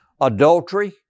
adultery